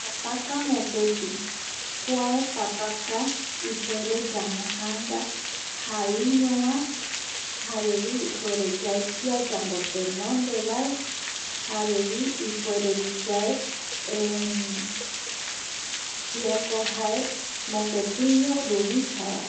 Papaka mopeti, kua papaka ipuere yamboyanga jaeiño va jare vi ipuere yae kia yambotendon vae jare ipuere vi yae kiako jae mopetiño ruvisa va